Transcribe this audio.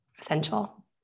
essential